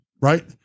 Right